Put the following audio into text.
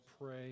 pray